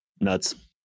Nuts